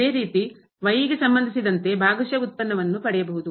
ಇದೇ ರೀತಿ ಗೆ ಸಂಬಂಧಿಸಿದಂತೆ ಭಾಗಶಃ ವ್ಯುತ್ಪನ್ನವನ್ನು ಪಡೆಯಬಹುದು